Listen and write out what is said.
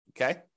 Okay